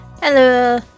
Hello